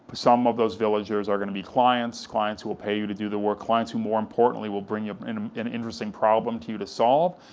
some of those villagers are gonna be clients, clients will pay you to do the work, clients, who more importantly, will bring and um an interesting problem to you to solve,